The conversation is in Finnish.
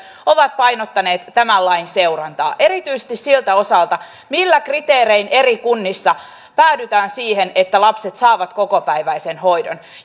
ovat painottaneet tämän lain seurantaa erityisesti siltä osalta millä kriteerein eri kunnissa päädytään siihen että lapset saavat kokopäiväisen hoidon